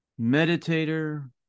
meditator